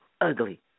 ugly